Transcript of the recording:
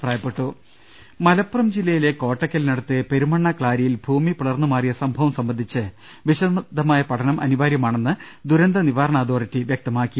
ദർവ്വെട്ടറ മലപ്പുറം ജില്ലയിലെ കോട്ടക്കലിനടുത്ത് പെരുമണ്ണക്ലാരിയിൽ ഭൂമി പിളർന്നു മാറിയ സംഭവം സംബന്ധിച്ച് വിശദമായ പഠനം അനിവാര്യമാ ണെന്ന് ദുരന്ത നിവാരണ അതോറിറ്റി വ്യക്തമാക്കി